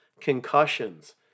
concussions